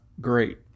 great